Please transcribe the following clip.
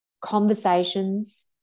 conversations